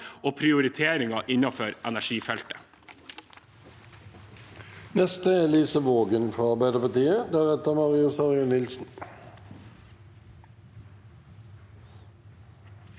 og prioriteringer innenfor energifeltet.